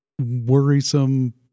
worrisome